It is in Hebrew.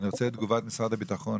אני רוצה את תגובת משרד הביטחון.